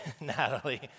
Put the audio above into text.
Natalie